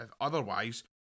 otherwise